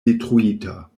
detruita